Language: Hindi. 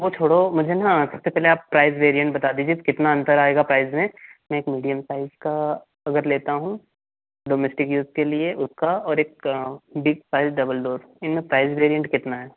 वो छोड़ो मुझे ना सबसे पहले आप प्राइज़ वेरियेंट बता दीजिए कि कितना अंतर आएगा प्राइज़ में मैं एक मीडियम साइज़ का अगर लेता हूँ डोमेस्टिक यूज़ के लिए उसका और एक बिग साइज़ डबल डोर इनमें प्राइज़ वेरियेंट कितना है